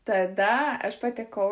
tada aš patekau